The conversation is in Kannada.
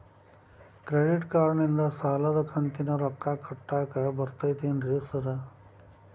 ಕ್ರೆಡಿಟ್ ಕಾರ್ಡನಿಂದ ಸಾಲದ ಕಂತಿನ ರೊಕ್ಕಾ ಕಟ್ಟಾಕ್ ಬರ್ತಾದೇನ್ರಿ ಸಾರ್?